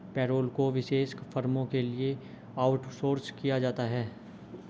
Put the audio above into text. payroll को विशेष फर्मों के लिए आउटसोर्स किया जाता है